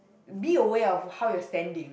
beware of how your standing